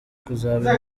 kuzaba